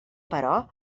però